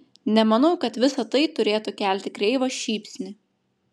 nemanau kad visa tai turėtų kelti kreivą šypsnį